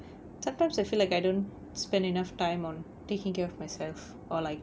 sometimes I feel like I don't spend enough time on taking care of myself or like